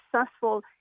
successful